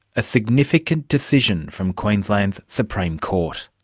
a significant decision from queensland's supreme court.